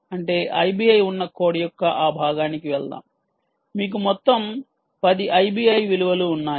అంటే ఐబిఐ ఉన్న కోడ్ యొక్క ఆ భాగానికి వెళ్దాం మీకు మొత్తం 10 ఐబిఐ విలువలు ఉన్నాయి